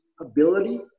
ability